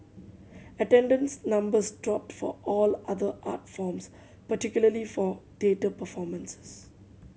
attendance numbers dropped for all other art forms particularly for theatre performances